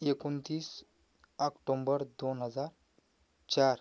एकोणतीस आक्टोंबर दोन हजार चार